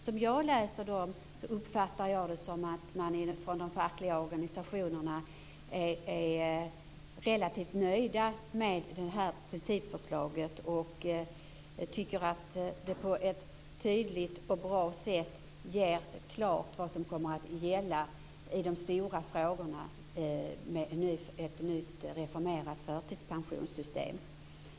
Som jag läser dem uppfattar jag att de fackliga organisationerna är relativt nöjda med det här principförslaget och tycker att det på ett tydligt och bra sätt gör klart vad som kommer att gälla i de stora frågorna med ett nytt, reformerat förtidspensionssystem.